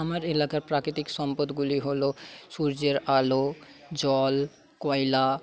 আমার এলাকার প্রাকৃতিক সম্পদগুলি হলো সূর্যের আলো জল কয়লা